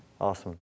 Awesome